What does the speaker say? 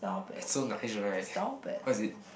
so nice right what is it